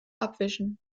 abwischen